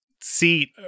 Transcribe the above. seat